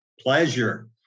Pleasure